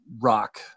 rock